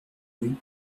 rue